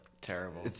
Terrible